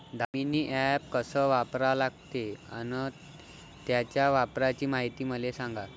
Damini app कस वापरा लागते? अन त्याच्या वापराची मायती मले सांगा